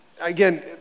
again